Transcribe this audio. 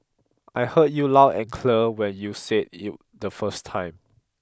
I heard you loud and clear when you said it the first time